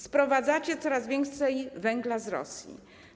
Sprowadzacie coraz więcej węgla z Rosji.